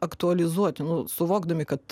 aktualizuoti nu suvokdami kad